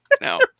no